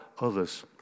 others